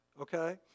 okay